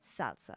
Salsa